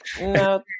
No